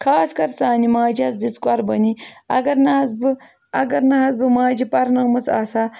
خاص کَر سانہِ ماجہِ حظ دِژ قربٲنی اگر نہٕ حظ بہٕ اگر نہٕ حظ بہٕ ماجہِ پَرنٲومٕژ آسہٕ ہا